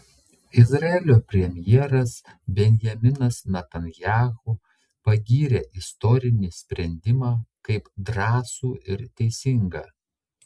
izraelio premjeras benjaminas netanyahu pagyrė istorinį sprendimą kaip drąsų ir teisingą